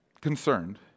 concerned